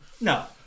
No